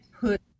put